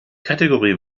kategorie